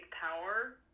power